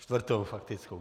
Čtvrtou faktickou.